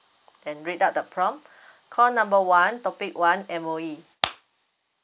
and read out the prompt call number one topic one M_O_E